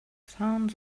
sounds